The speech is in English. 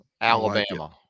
Alabama